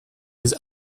his